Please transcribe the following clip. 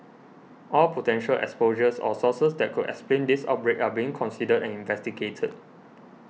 all potential exposures or sources that could explain this outbreak are being considered and investigated